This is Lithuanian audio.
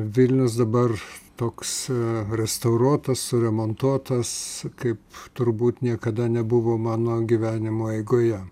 vilnius dabar toks restauruotas suremontuotas kaip turbūt niekada nebuvo mano gyvenimo eigoje